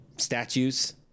Statues